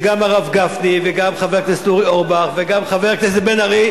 כשגם הרב גפני וגם חבר הכנסת אורי אורבך וגם חבר כנסת בן-ארי